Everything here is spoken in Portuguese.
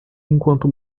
enquanto